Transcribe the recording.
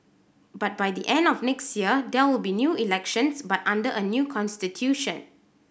but by the end of next year there will be new elections but under a new constitution